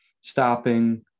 stopping